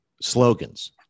slogans